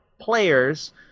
players